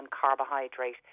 carbohydrate